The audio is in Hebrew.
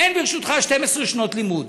אין ברשותך 12 שנות לימוד.